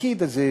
הפקיד הזה,